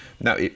Now